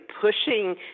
pushing